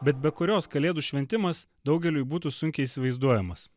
bet be kurios kalėdų šventimas daugeliui būtų sunkiai įsivaizduojamas